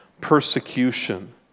persecution